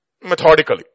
Methodically